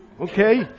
Okay